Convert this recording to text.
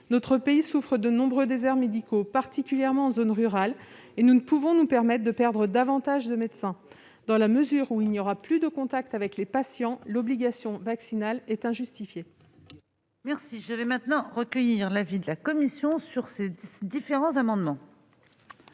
Notre pays souffre de nombreux déserts médicaux, particulièrement en zone rurale, et nous ne pouvons pas nous permettre de perdre davantage de médecins. Dans la mesure où il n'y aura plus de contact avec les patients, l'obligation vaccinale serait injustifiée dans ce cas. Quel est l'avis de la commission de la commission des